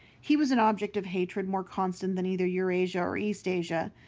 he was an object of hatred more constant than either eurasia or eastasia,